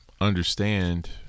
understand